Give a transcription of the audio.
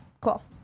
Cool